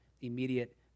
immediate